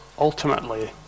ultimately